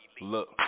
look